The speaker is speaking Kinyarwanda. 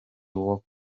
walk